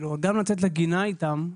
גם לצאת לגינה איתם,